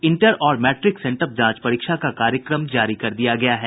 inter और matric sent up जांच परीक्षा का कार्यक्रम जारी कर दिया गया है